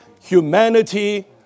humanity